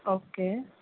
okay